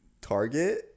Target